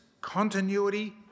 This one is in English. continuity